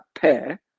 pair